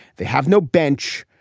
they have no bench.